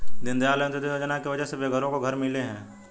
दीनदयाल अंत्योदय योजना की वजह से बेघरों को घर भी मिले हैं